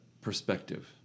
perspective